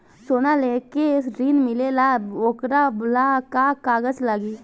सोना लेके ऋण मिलेला वोकरा ला का कागज लागी?